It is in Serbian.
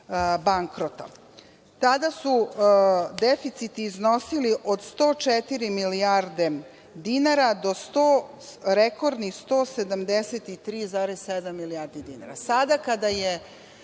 bankrota. Tada su deficiti iznosili od 104 milijarde dinara do rekordnih 173,7 milijardi dinara.